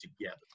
together